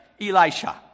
Elisha